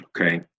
okay